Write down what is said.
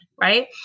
right